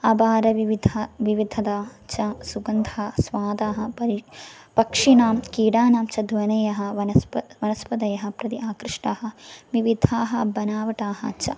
अपारविधता विविधता छ सुगन्धः स्वादाः परि पक्षिणां कीटानां च ध्वनयः वनस्पतिः वनस्पतयः प्रति आकृष्टाः विविधाः वनवटाः च